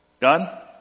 God